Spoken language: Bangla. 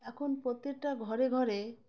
এখন প্রত্যেকটা ঘরে ঘরে